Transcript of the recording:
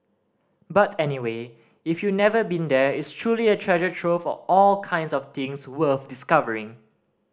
but anyway if you've never been there it's truly a treasure trove of all kinds of things worth discovering